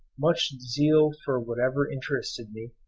much zeal for whatever interested me,